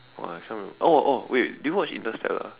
!wah! I can't remember oh oh wait did you watch Interstellar